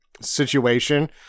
situation